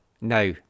now